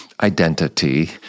identity